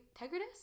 integrity